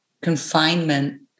confinement